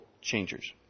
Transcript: changers